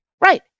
Right